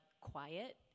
quiet